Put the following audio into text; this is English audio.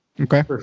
Okay